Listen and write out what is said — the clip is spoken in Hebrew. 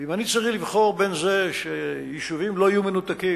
ואם אני צריך לבחור בין זה שיישובים לא יהיו מנותקים